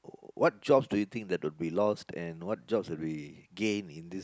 what jobs do you think that will be lost and what jobs will be gained in this